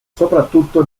soprattutto